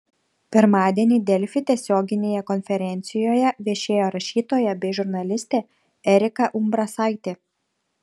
pirmadienį delfi tiesioginėje konferencijoje viešėjo rašytoja bei žurnalistė erika umbrasaitė